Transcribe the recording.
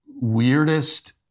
weirdest